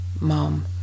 mom